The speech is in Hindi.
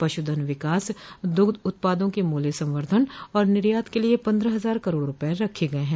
पशुधन विकास दुग्ध उत्पादों के मूल्य संवर्धन और निर्यात के लिये पन्द्रह हजार करोड़ रूपये रखे गये हैं